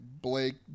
Blake